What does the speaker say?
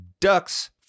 Ducks